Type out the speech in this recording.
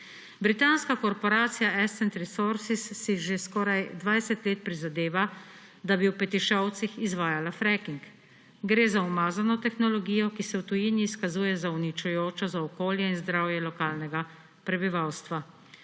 Britanska korporacija Ascent Resources si že skoraj 20 let prizadeta, da bi v Petišovcih izvajala fracking. Gre za umazano tehnologijo, ki se v tujini izkazuje za uničujočo za okolje in zdravje lokalnega prebivalstva.